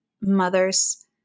mothers